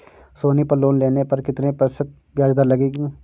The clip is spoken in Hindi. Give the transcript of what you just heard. सोनी पर लोन लेने पर कितने प्रतिशत ब्याज दर लगेगी?